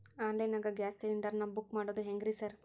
Online ನಾಗ gas cylinder ನಾ book ಮಾಡೋದ್ ಹೆಂಗ್ರಿ ಸಾರ್?